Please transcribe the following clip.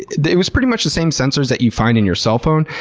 it was pretty much the same sensors that you find in your cell phone,